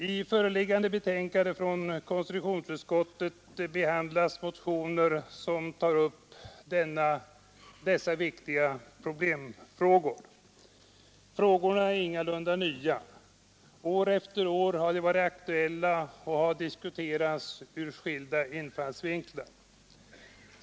I föreliggande betänkande från konstitutionsutskottet behandlas motioner som tar upp detta viktiga problemkomplex. Frågorna är ingalunda nya. År efter år har de varit aktuella och blivit diskuterade ur skilda infallsvinklar.